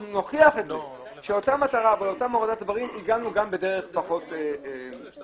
אנחנו נוכיח שאותה מטרה ולאותם דברים הגענו גם בדרך פחות כואבת,